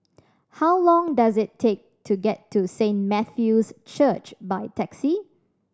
how long does it take to get to Saint Matthew's Church by taxi